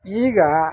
ಈಗ